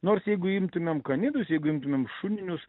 nors jeigu imtumėm kanidus jeigu imtumėm šuninius